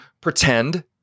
pretend